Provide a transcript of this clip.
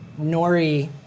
Nori